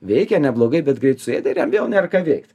veikia neblogai bet greit suėdė ir jam vėl nėra ką veikti